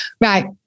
Right